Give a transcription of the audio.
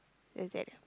is that